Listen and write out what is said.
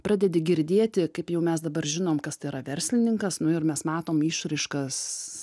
pradedi girdėti kaip jau mes dabar žinom kas tai yra verslininkas nu ir mes matom išraiškas